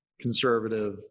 conservative